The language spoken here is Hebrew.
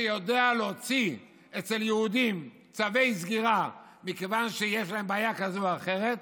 שיודע להוציא אצל יהודים צווי סגירה מכיוון שיש להם בעיה כזאת או אחרת,